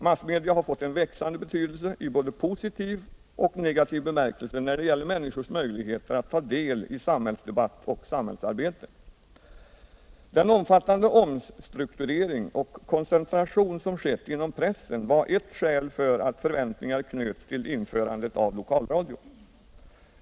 Massmedia har fått en växande betydelse i både positiv och negativ bemärkelse när det gäller människors möjligheter att ta del i samhällsdebatt och samhällsarbete. Den omfattande omstrukturering och koncentration som skett inom pressen var ett skäl för att förväntningar knöts till införandet av lokalradio.